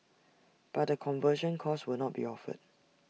but the conversion course will not be offered